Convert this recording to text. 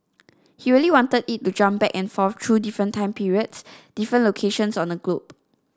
he really wanted it to jump back and forth through different time periods different locations on the globe